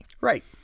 Right